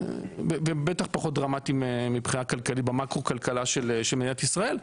בטח פחות דרמטי מבחינה כלכלית במאקרו כלכלה של מדינת ישראל.